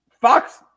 Fox